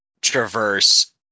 traverse